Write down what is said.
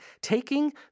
Taking